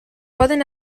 poden